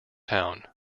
town